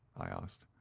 i asked.